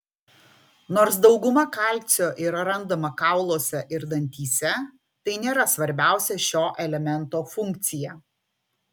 nors dauguma kalcio yra randama kauluose ir dantyse tai nėra svarbiausia šio elemento funkcija